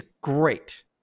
great